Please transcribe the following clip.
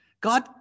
God